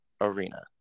Arena